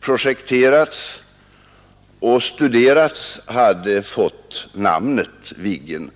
projekterats och studerats, hade fått namnet Viggen.